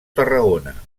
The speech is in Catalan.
tarragona